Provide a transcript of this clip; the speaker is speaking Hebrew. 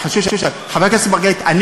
חבר הכנסת אראל מרגלית.